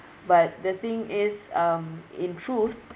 but the thing is um in truth